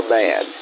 bad